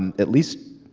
and at least,